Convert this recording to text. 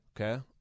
Okay